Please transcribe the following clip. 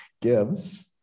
gives